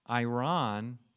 Iran